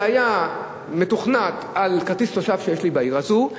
שהיה מתוכנת על כרטיס תושב שיש לי בעיר הזאת,